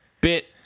Bit